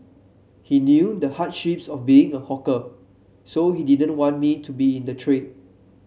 he knew the hardships of being a hawker so he didn't want me to be in the trade